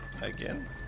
again